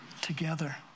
together